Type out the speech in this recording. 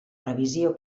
revisió